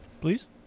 Please